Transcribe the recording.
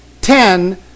Ten